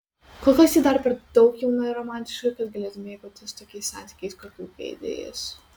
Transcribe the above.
kol kas ji dar per daug jauna ir romantiška kad galėtų mėgautis tokiais santykiais kokių geidė jis